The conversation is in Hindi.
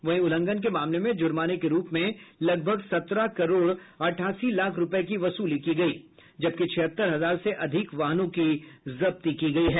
वहीं उल्लंघन के मामले में जुर्माने के रूप में लगभग सत्रह करोड़ अठासी लाख रूपये की वसूली की गयी जबकि छिहत्तर हजार से अधिक वाहनों की जब्ती की गयी है